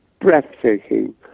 breathtaking